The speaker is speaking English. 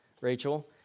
Rachel